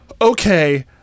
okay